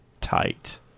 Tight